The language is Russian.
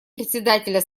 председателя